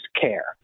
care